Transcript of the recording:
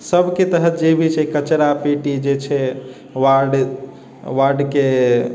सभके तहत जे छै कचरा पेटी जे छै वार्ड वार्डके